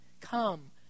Come